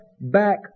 back